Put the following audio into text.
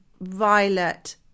violet